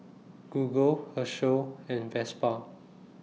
Google Herschel and Vespa